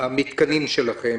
המתקנים שלכם.